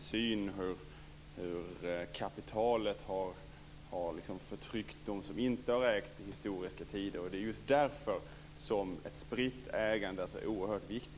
synen att kapitalet har förtryckt dem som inte har ägt i historiska tider. Det är just därför som ett spritt ägande är oerhört viktigt.